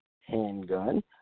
handgun